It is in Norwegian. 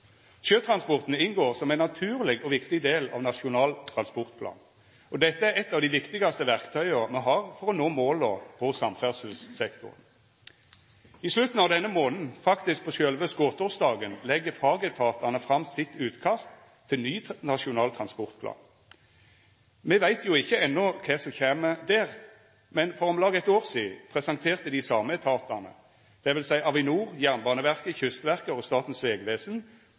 Sjøtransporten inngår som ein naturleg og viktig del av Nasjonal transportplan, og dette er eit av dei viktigaste verktøya me har for å nå måla i samferdselssektoren. I slutten av denne månaden, faktisk på sjølve skotårsdagen, legg fagetatane fram sitt utkast til ny Nasjonal transportplan. Me veit jo ikkje enno kva som kjem der, men for om lag eit år sidan presenterte dei same etatane, dvs. Avinor, Jernbaneverket, Kystverket og Statens vegvesen